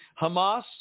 Hamas